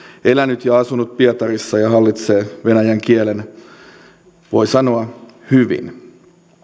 elänyt ja asunut pietarissa ja hallitsee venäjän kielen voi sanoa hyvin